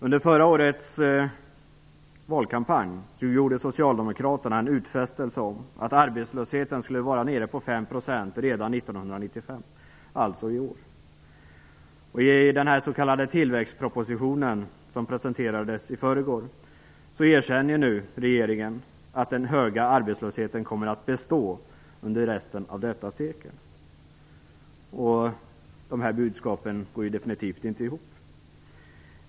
Under förra årets valkampanj gjorde socialdemokraterna en utfästelse om att arbetslösheten skulle vara nere på 5 % redan 1995, alltså i år. I den s.k. tillväxtpropositionen, som presenterades i förrgår, erkänner regeringen nu att den höga arbetslösheten kommer att bestå under resten av detta sekel. Dessa budskap går definitivt inte ihop.